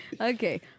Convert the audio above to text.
Okay